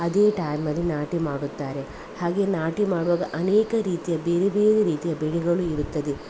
ಅದೇ ಟೈಮಲ್ಲಿ ನಾಟಿ ಮಾಡುತ್ತಾರೆ ಹಾಗೆ ನಾಟಿ ಮಾಡುವಾಗ ಅನೇಕ ರೀತಿಯ ಬೇರೆ ಬೇರೆ ರೀತಿಯ ಬೆಳೆಗಳು ಇರುತ್ತದೆ